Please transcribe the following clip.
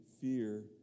fear